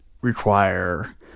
require